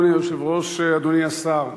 אדוני היושב-ראש, אדוני השר,